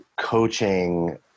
coaching